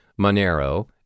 Monero